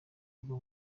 ubwo